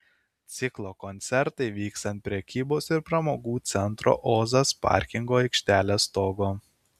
ciklo koncertai vyks ant prekybos ir pramogų centro ozas parkingo aikštelės stogo